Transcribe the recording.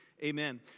amen